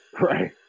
Right